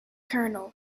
kernel